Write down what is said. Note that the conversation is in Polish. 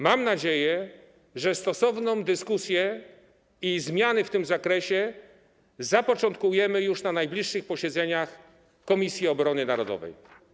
Mam nadzieję, że stosowną dyskusję i zmiany w tym zakresie zapoczątkujemy już na najbliższych posiedzeniach Komisji Obrony Narodowej.